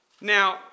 Now